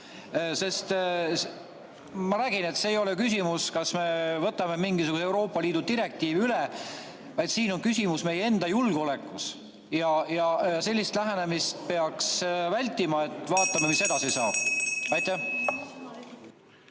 Sest küsimus ei ole selles, kas me võtame mingisuguse Euroopa Liidu direktiivi üle, vaid küsimus on meie enda julgeolekus. Ja sellist lähenemist peaks vältima, et vaatame, mis edasi saab. Jah,